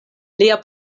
lia